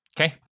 Okay